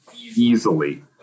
easily